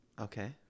Okay